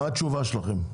מה התשובה שלכם?